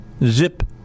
Zip